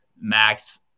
Max